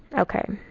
ok.